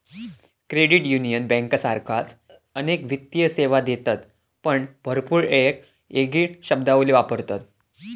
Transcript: credit union बँकांसारखाच अनेक वित्तीय सेवा देतत पण भरपूर येळेक येगळी शब्दावली वापरतत